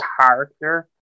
character